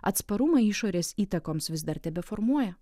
atsparumą išorės įtakoms vis dar tebeformuoja